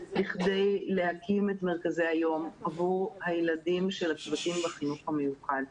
בכדי להקים את מרכזי היום עבור הילדים של הצוותים בחינוך המיוחד.